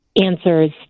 answers